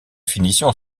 finition